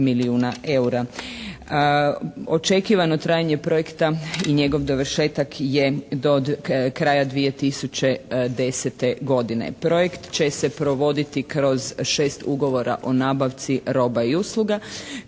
Očekivano trajanje projekta i njegov dovršetak je do kraja 2010. godine. Projekt će se provoditi kroz 6 ugovora o nabavci roba i usluga